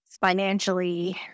financially